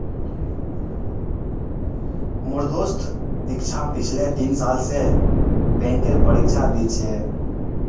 मोर दोस्त दीक्षा पिछले तीन साल स बैंकेर परीक्षा दी छ